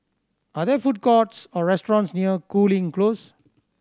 are there food courts or restaurants near Cooling Close